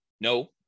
no